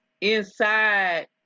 inside